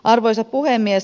arvoisa puhemies